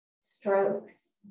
strokes